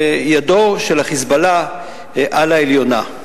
ידו של ה"חיזבאללה" על העליונה.